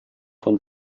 von